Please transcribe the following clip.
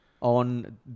on